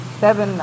seven